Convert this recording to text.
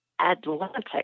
Atlantic